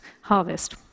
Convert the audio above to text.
harvest